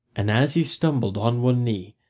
and as he stumbled on one knee,